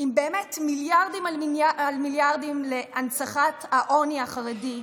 עם באמת מיליארדים על מיליארדים להנצחת העוני החרדי,